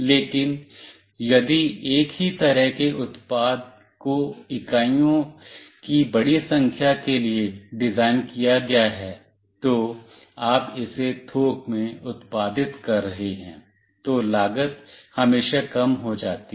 लेकिन यदि एक ही तरह के उत्पाद को इकाइयों की बड़ी संख्या के लिए डिज़ाइन किया गया है तो आप इसे थोक में उत्पादित कर रहे हैं तो लागत हमेशा कम हो जाती है